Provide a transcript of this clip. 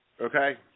Okay